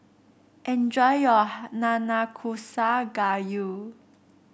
enjoy your Nanakusa Gayu